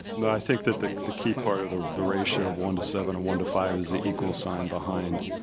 no, i think that the the key part of the the ratio of one to seven and one to five is the equals sign behind,